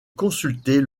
consulter